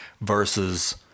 versus